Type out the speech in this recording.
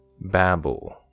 babble